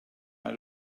mei